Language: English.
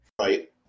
Right